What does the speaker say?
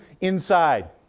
inside